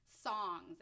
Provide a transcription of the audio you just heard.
songs